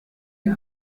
que